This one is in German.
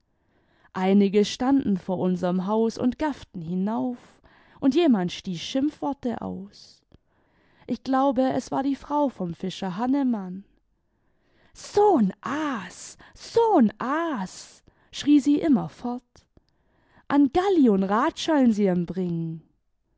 einige standen vor unserem haus und gafften hinauf imd jemand stieß schimpfworte aus ich glaube es war die frau vom fischer hannemann so n aas so n aas schrie sie immerfort an galli un rad schölln sie em bringen